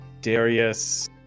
Darius